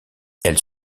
elles